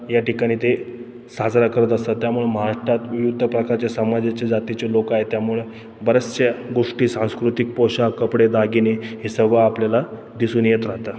या ठिकाणी ते साजरा करत असतात त्यामुळे महाराष्ट्रात विविध प्रकारच्या समाजाचे जातीचे लोक आहेत त्यामुळे बऱ्याचशा गोष्टी सांस्कृतिक पोषाख कपडे दागिने हे सर्व आपल्याला दिसून येत राहतात